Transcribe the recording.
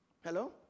Hello